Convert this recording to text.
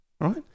Right